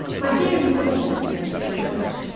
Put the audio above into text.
my dear miss blakiston, she wrote.